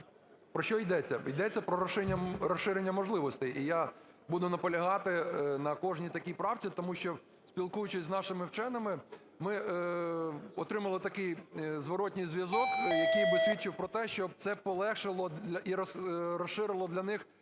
Про що йдеться? Йдеться про розширення можливостей. І я буду наполягати на кожній такій правці, тому що, спілкуючись з нашими вченими, ми отримали такий зворотній зв'язок, який би свідчив про те, що б це полегшило і розширило для них